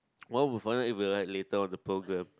well would find it it will later on the program